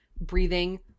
breathing